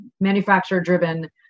manufacturer-driven